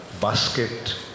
basket